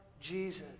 Jesus